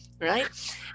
Right